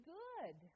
good